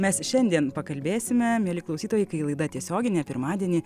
mes šiandien pakalbėsime mieli klausytojai kai laida tiesioginė pirmadienį